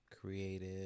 creative